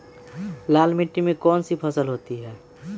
लाल मिट्टी में कौन सी फसल होती हैं?